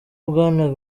bwana